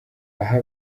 aho